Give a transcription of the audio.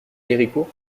héricourt